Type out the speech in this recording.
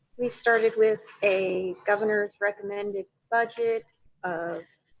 we started with a governor's recommended budget of